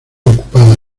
ocupada